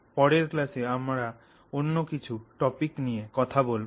পরের ক্লাসে আমরা অন্য কিছু টপিক নিয়ে কথা বলবো